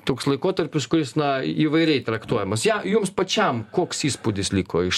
toks laikotarpis kuris na įvairiai traktuojamas ja jums pačiam koks įspūdis liko iš